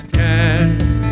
cast